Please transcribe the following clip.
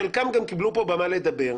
חלקם גם קיבלו פה במה לדבר,